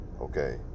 Okay